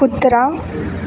कुत्रा